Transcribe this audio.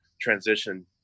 transition